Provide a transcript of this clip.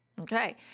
Okay